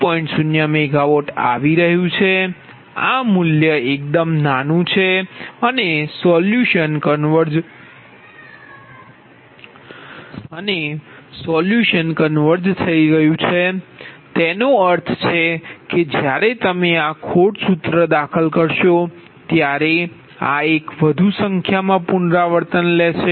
01MW આવી રહ્યું છે આ મૂલ્ય એકદમ નાનું છે અને સોલ્યુશન કન્વર્ઝ થઈ ગયું છે તેનો અર્થ છે કે જ્યારે તમે આ ખોટ સૂત્ર દાખલ કરશો ત્યારે આ એક વધુ સંખ્યામાં પુનરાવર્તન લે છે